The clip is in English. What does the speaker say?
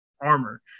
armor